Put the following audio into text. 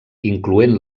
incloent